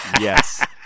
Yes